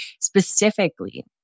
specifically